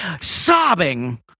sobbing